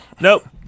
nope